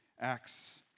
Acts